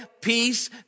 peace